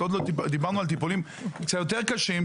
עוד לא דיברנו על טיפולים קצת יותר קשים,